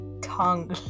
tongue